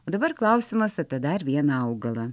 o dabar klausimas apie dar vieną augalą